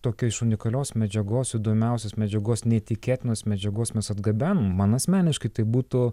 tokio iš unikalios medžiagos įdomiausios medžiagos neįtikėtinos medžiagos mes atgabenom man asmeniškai tai būtų